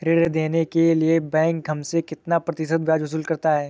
ऋण देने के लिए बैंक हमसे कितना प्रतिशत ब्याज वसूल करता है?